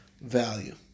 value